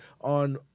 on